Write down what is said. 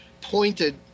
pointed